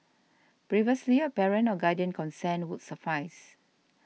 previously a parent or guardian consent would suffice